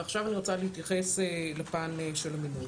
ועכשיו אני רוצה להתייחס לפן של המינוי.